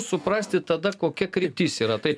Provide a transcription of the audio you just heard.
suprasti tada kokia kryptis yra tai